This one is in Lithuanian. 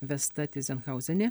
vesta tyzenhauzienė